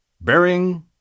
Bearing